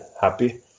happy